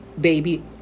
baby